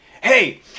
hey